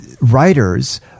writers